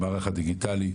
למערך הדיגיטלי,